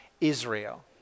Israel